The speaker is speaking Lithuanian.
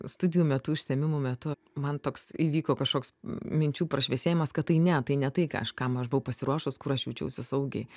studijų metu užsiėmimų metu man toks įvyko kažkoks minčių prašviesėjimas kad tai ne tai ne tai ką aš kam aš buvau pasiruošus kur aš jaučiausi saugiai